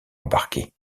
embarqués